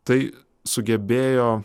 tai sugebėjo